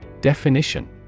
Definition